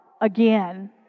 again